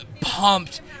pumped